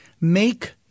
make